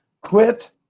Quit